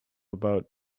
about